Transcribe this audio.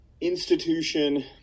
institution